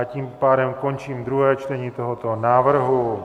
Tím pádem končím druhé čtení tohoto návrhu.